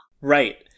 right